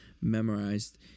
memorized